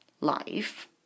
life